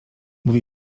mówi